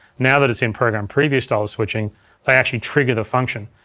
now that it's in program preview style switching they actually trigger the function.